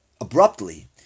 abruptly